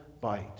bite